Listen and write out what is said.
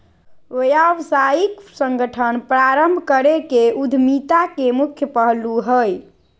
व्यावसायिक संगठन प्रारम्भ करे के उद्यमिता के मुख्य पहलू हइ